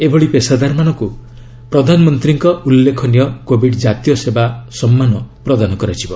ଏଭଳି ପେସାଦାରମାନଙ୍କୁ ପ୍ରଧାନମନ୍ତ୍ରୀଙ୍କ ଉଲ୍ଲେଖନୀୟ 'କୋବିଡ୍ ଜାତୀୟ ସେବା ସମ୍ମାନ' ପ୍ରଦାନ କରାଯିବ